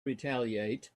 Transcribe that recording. retaliate